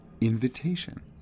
invitation